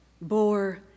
bore